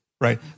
Right